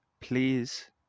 Please